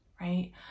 right